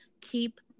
keep